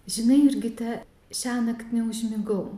žinai jurgita šiąnakt neužmigau